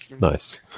Nice